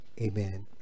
Amen